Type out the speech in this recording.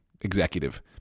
executive